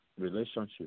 relationship